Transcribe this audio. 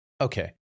Okay